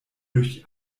durch